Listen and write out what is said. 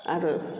और